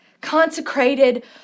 Consecrated